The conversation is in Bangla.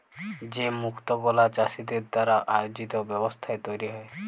যে মুক্ত গুলা চাষীদের দ্বারা আয়জিত ব্যবস্থায় তৈরী হ্যয়